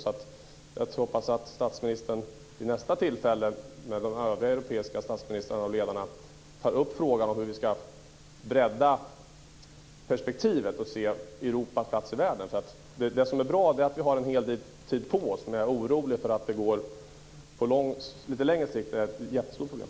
Jag hoppas därför att statsministern vid nästa tillfälle med de europeiska statsministrarna tar upp frågan hur vi ska bredda perspektivet och se på Europa i dess plats i världen. Det är bra att vi har en hel del tid på oss, men jag är orolig för att detta på lite längre sikt blir ett jättestort problem.